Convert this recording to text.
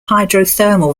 hydrothermal